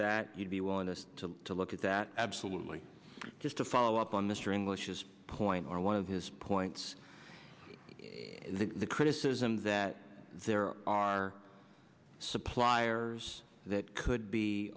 that you'd be willing to look at that absolutely just a follow up on mr english is point or one of his points the criticism that there are suppliers that could be